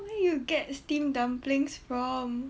where you get steamed dumplings from